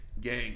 gang